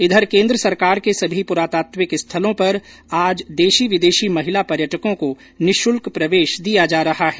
इधर केन्द्र सरकार के सभी पुरातात्विक स्थलों पर आज देशी विदेशी महिला पर्यटकों को निःशुल्क प्रवेश दिया जा रहा है